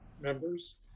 members